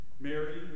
Mary